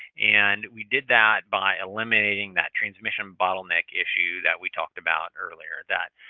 and we did that by eliminating that transmission bottleneck issue that we talked about earlier, that